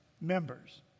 members